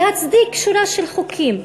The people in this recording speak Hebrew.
להצדיק שורה של חוקים.